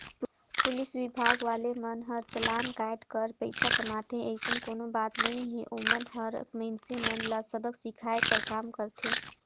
police विभाग वाले मन हर चलान कायट कर पइसा कमाथे अइसन कोनो बात नइ हे ओमन हर मइनसे मन ल सबक सीखये कर काम करथे